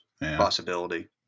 Possibility